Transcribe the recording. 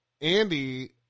Andy